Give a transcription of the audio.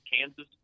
Kansas